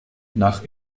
nach